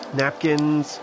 napkins